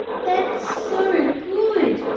that's so good.